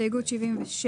הסתייגות 77,